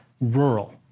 Rural